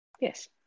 Yes